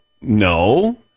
no